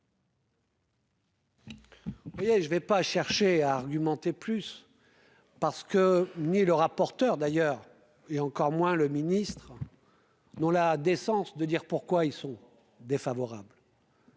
Bien, je ne vais pas chercher à argumenter plus parce que ni le rapporteur d'ailleurs et encore moins le ministre non la décence de dire pourquoi ils sont défavorables.